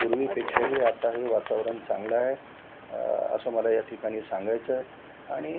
पूर्वीपेक्षाही आता हे वातावरण चांगलं आहे असं मला या ठिकाणी सांगायचं आहे आणि